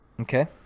Okay